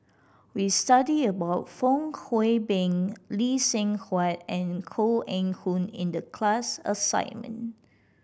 we studied about Fong Hoe Beng Lee Seng Huat and Koh Eng Hoon in the class assignment